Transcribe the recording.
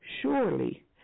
Surely